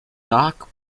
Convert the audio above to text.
dark